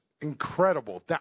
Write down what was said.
incredible